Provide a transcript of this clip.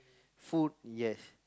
food yes